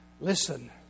Listen